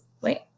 Wait